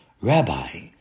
Rabbi